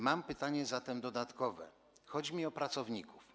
Mam pytanie dodatkowe, chodzi mi o pracowników.